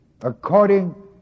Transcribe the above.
according